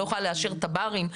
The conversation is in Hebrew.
לא יכולה לאשר תב"רים?